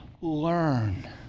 Learn